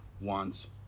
wants